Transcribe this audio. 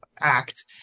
act